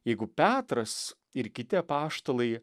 jeigu petras ir kiti apaštalai